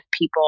people